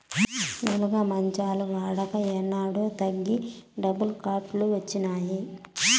నులక మంచాల వాడక ఏనాడో తగ్గి డబుల్ కాట్ లు వచ్చినాయి